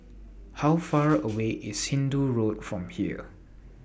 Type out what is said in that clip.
How Far away IS Hindoo Road from here